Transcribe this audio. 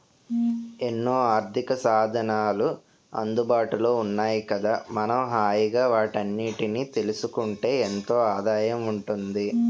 ఎన్నో ఆర్థికసాధనాలు అందుబాటులో ఉన్నాయి కదా మనం హాయిగా వాటన్నిటినీ తెలుసుకుంటే ఎంతో ఆదాయం ఉంటుంది